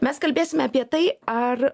mes kalbėsime apie tai ar